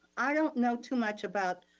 i don't know too much about